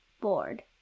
bored